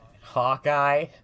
Hawkeye